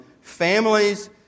families